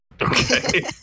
Okay